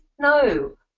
No